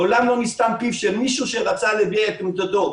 מעולם לא נסתם פיו של מישהו שרצה להביע את עמדתו,